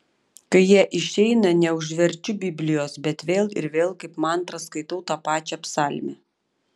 kai jie išeina neužverčiu biblijos bet vėl ir vėl kaip mantrą skaitau tą pačią psalmę